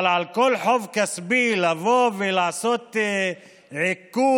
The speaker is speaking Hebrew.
אבל על כל חוב כספי לבוא ולעשות עיקול